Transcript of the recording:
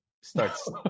Starts